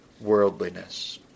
worldliness